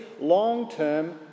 long-term